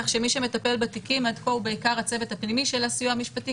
כך שמי שמטפל בתיקים עד כה הוא בעיקר הצוות הפנימי של הסיוע המשפטי,